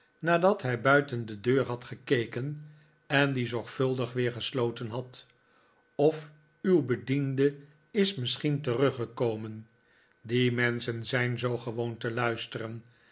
nadat hij buiten de deur had gekeken en die zorgvuldig weer gesloten had of uw bediende is misschien teruggekomen die menschen zijn zoo gewoon te luisteren